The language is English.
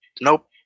nope